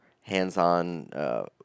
hands-on